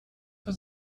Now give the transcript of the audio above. für